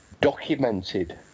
documented